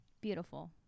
beautiful